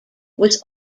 was